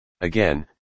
Again